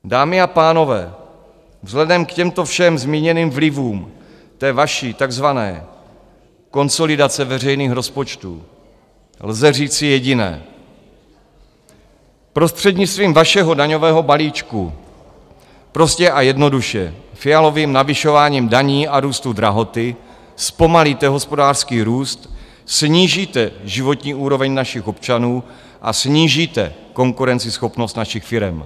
Dámy a pánové, vzhledem k těmto všem zmíněným vlivům té vaší tzv. konsolidace veřejných rozpočtů lze říci jediné: Prostřednictvím vašeho daňového balíčku prostě a jednoduše Fialovým navyšováním daní a růstu drahoty zpomalíte hospodářský růst, snížíte životní úroveň našich občanů a snížíte konkurenceschopnost našich firem.